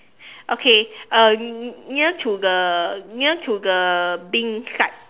okay uh near to the near to the bin side